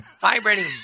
vibrating